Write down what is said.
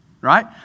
Right